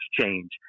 change